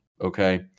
okay